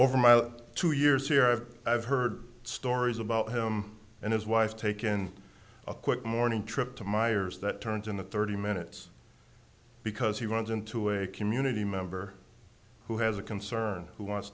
over mile two years here i've heard stories about him and his wife taken a quick morning trip to myers that turns in the thirty minutes because he runs into a community member who has a concern who wants